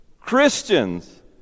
Christians